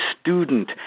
student